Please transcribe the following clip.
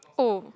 oh